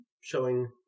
showing